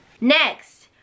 next